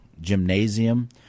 gymnasium